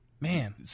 man